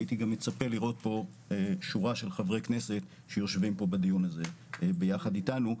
הייתי גם מצפה לראות פה שורה של חברי כנסת יושבים בדיון הזה ביחד אתנו,